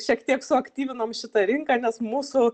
šiek tiek suaktyvinom šitą rinką nes mūsų